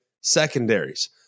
secondaries